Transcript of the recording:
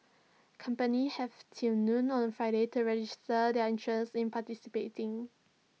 companies have till noon on Friday to register their interest in participating